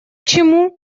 чему